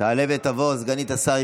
תעלה ותבוא סגנית השר,